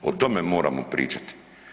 O tome moramo pričati.